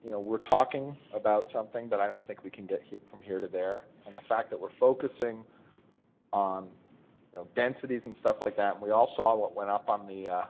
and we're talking about something that i don't think we can get get from here to there. the fact that we're focussing on densities and stuff like that, we all saw what went up on the